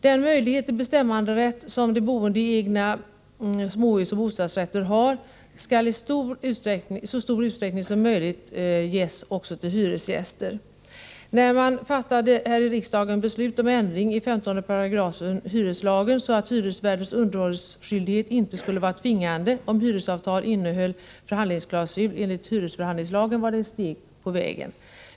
Den möjlighet till bestämmanderätt som de boende i egna ägda småhus och bostadsrätter har skall i så stor utsträckning som möjligt ges även till hyresgäster. När riksdagen 1983 fattade beslut om ändring i 15 § hyreslagen, så att hyresvärdens underhållsskyldighet inte skulle vara tvingande om hyresavtalet innehöll förhandlingsklausul enligt hyresförhandlingslagen, var detta ett steg på vägen.